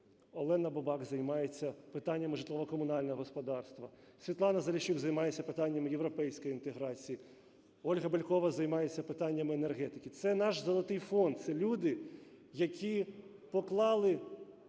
Олена Бабак займається питаннями житлово-комунального господарства, Світлана Заліщук займається питаннями європейської інтеграції, Ольга Бєлькова займається питаннями енергетики. Це наш золотий фонд, це люди, які поклали